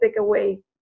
takeaway